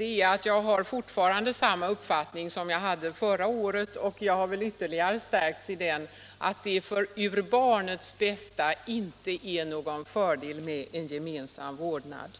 Jag har fortfarande samma uppfattning som förra året och jag har ytterligare stärkts i den uppfattningen, att det för barnets bästa inte är någon fördel med gemensam vårdnad.